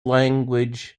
language